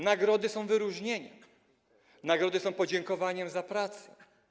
Nagrody są wyróżnieniem, nagrody są podziękowaniem za pracę.